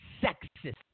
sexist